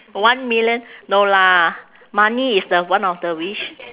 one million no lah money is the one of the wish